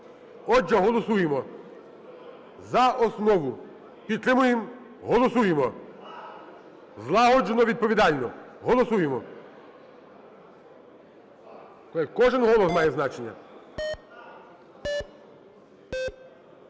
Отже, голосуємо за основу. Підтримуємо. Голосуємо злагоджено, відповідально. Голосуємо. Кожен голос має значення.